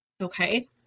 okay